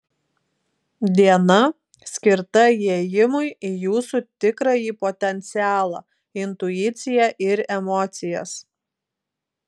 diena skirta įėjimui į jūsų tikrąjį potencialą intuiciją ir emocijas